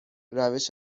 روش